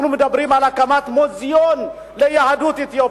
אנחנו מדברים על הקמת מוזיאון ליהדות אתיופיה,